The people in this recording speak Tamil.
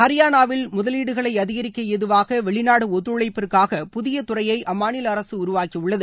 ஹரியானாவில் முதலீடுகளை அதிகரிக்க ஏதுவாக வெளிநாடு ஒத்துழைப்பிற்காக புதிய துறையை அம்மாநில அரசு உருவாக்கியுள்ளது